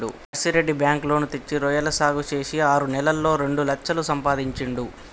Narsireddy bank loan తెచ్చి రొయ్యల సాగు చేసి ఆరు నెలల్లోనే రెండు లక్షలు సంపాదించిండు